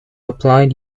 applied